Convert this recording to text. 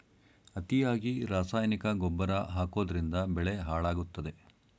ಅತಿಯಾಗಿ ರಾಸಾಯನಿಕ ಗೊಬ್ಬರ ಹಾಕೋದ್ರಿಂದ ಬೆಳೆ ಹಾಳಾಗುತ್ತದೆ